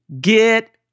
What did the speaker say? get